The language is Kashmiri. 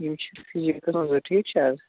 یِم چھِ فِزیٖکٕس منٛز زٕ ٹھیٖک چھا حظ